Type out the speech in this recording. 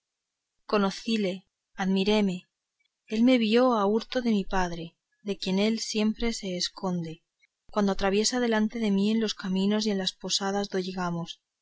conocíle admiréme y alegréme él me miró a hurto de mi padre de quien él siempre se esconde cuando atraviesa por delante de mí en los caminos y en las posadas do llegamos